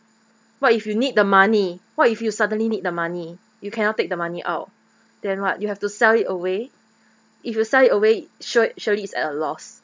what if you need the money what if you suddenly need the money you cannot take the money out then what you have to sell it away if you sell it away sure surely is at a loss